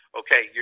okay